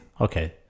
Okay